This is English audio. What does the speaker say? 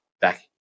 back